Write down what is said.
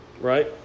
right